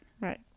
Right